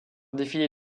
défilé